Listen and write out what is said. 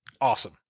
awesome